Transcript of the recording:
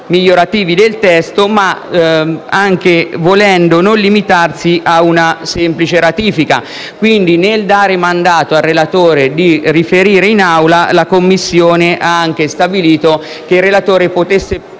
migliorativi del testo, ma anche non volendo limitarsi a una semplice ratifica. Nel dare mandato al relatore di riferire in Aula, quindi, la Commissione ha anche stabilito che il relatore potesse